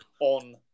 on